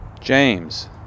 James